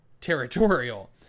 territorial